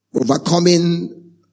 Overcoming